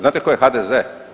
Znate tko je HDZ?